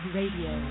Radio